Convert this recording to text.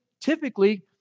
typically